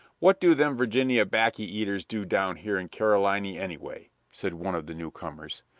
what do them virginny baccy-eaters do down here in caroliny, anyway? said one of the newcomers.